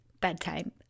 bedtime